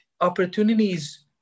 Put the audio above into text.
opportunities